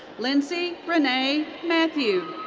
lindsey renee mathieu.